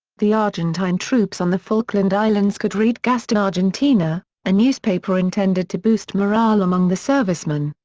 the argentine troops on the falkland islands could read gaceta argentina a newspaper intended to boost morale among the servicemen.